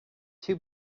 too